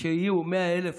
שיהיו 100,000